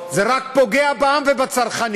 זה רק פוגע בעם ובצרכנים.